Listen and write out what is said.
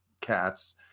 cats